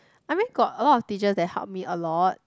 I mean got a lot of teachers that help me a lot